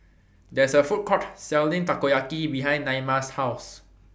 There IS A Food Court Selling Takoyaki behind Naima's House